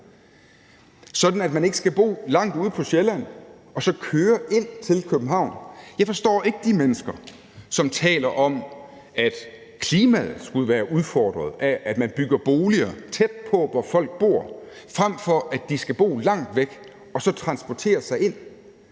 sådan at man ikke skal bo langt ude på Sjælland og så køre ind til København. Jeg forstår ikke de mennesker, som taler om, at klimaet skulle være udfordret af, at man bygger boliger tæt på, hvor folk bor, frem for at de skal bo langt væk og så transportere sig ind.